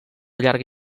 llarga